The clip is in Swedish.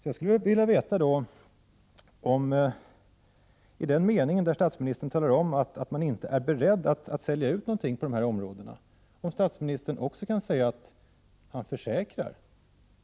Jag skulle vilja veta om statsministern också kan säga att han försäkrar att man inte skall sälja ut någonting på de här områdena. Då blir det intressant, plötsligt.